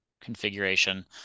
configuration